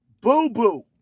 boo-boo